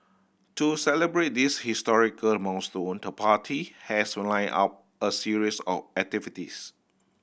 to celebrate this historical milestone the party has lined up a series of activities